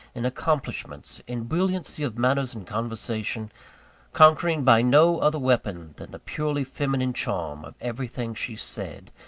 in accomplishments, in brilliancy of manners and conversation conquering by no other weapon than the purely feminine charm of everything she said,